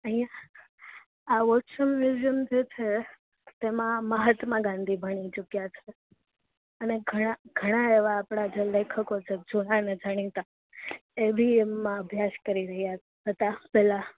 અઇયાં આ Watson museum જે છે તેમાં મહાત્મા ગાંધી ભણી ચૂક્યા છે અને ઘણા ઘણા એવા આપળા જે લેખકો છે જૂના અને જાણીતા એ બી એમાં અભ્યાસ કરી રયા હતા પેલા